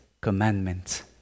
commandments